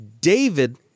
David